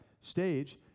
stage